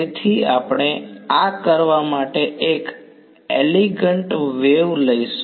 તેથી આપણે આ કરવા માટે એક એલિગંટ વેવ લઈશું